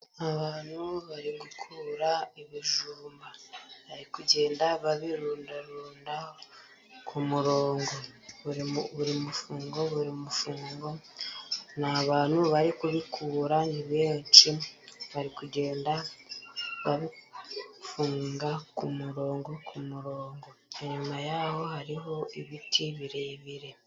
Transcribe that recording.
Abantu bari gukura ibijumba bari kugenda babirundarunda ku murongo buri mufungo buri mufungo. Ni abantu bari kubikura ni benshi bari kugenda bafunga ku murongo ku murongo nyuma yaho hariho ibiti birebire.